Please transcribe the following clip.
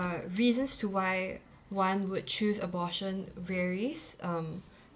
reasons to why one would choose abortion varies um